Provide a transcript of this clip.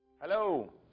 Hello